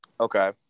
Okay